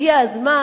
הגיע הזמן